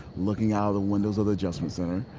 looking out of the windows of the adjustment center,